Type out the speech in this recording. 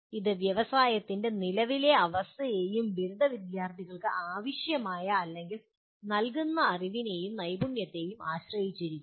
ഇത് വ്യവസായത്തിൻ്റെ നിലവിലെ അവസ്ഥയെയും ബിരുദ വിദ്യാർത്ഥികൾക്ക് ആവശ്യമായ അല്ലെങ്കിൽ നൽകുന്ന അറിവിനേയും നൈപുണ്യത്തേയും ആശ്രയിച്ചിരിക്കുന്നു